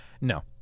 No